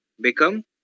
Become